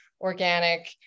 organic